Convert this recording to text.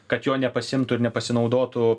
kad jo nepasiimtų ir nepasinaudotų